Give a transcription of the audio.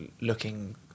looking